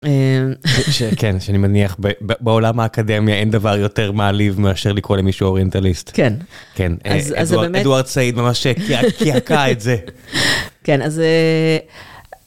כן שאני מניח בעולם האקדמיה אין דבר יותר מעליב מאשר לקרוא למישהו אוריינטליסט כן כן אז זה באמת אדוארד סעיד ממש קעקע את זה. כן אז.